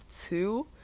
two